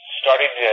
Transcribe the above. starting